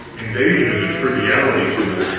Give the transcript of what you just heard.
invasion is a triviality to it.